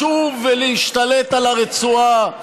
לשוב ולהשתלט על הרצועה,